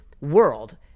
world